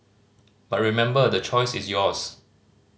but remember the choice is yours